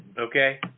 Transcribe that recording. Okay